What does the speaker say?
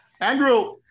Andrew